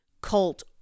cult